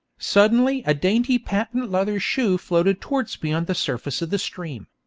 suddenly a dainty patent-leather shoe floated towards me on the surface of the stream.